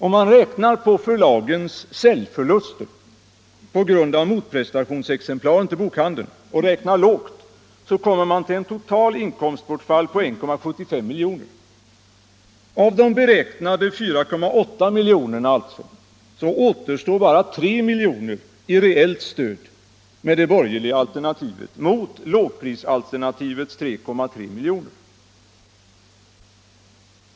Om man räknar på förlagens säljförluster på grund av motprestationsexemplaren till bokhandeln — och räknar lågt — så kommer man till ett totalt inkomstbortfall på 1,75 miljoner. Av de beräknade 4,8 miljonerna återstår alltså, enligt det borgerliga alternativet, bara ca 3 miljoner i reellt stöd mot lågprisalternativets 3,3 miljoner.